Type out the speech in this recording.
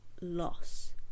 loss